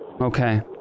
Okay